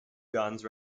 guns